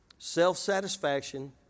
Self-satisfaction